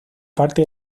parte